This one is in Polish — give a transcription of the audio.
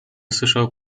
słyszał